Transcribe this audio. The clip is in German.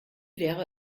wäre